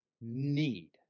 need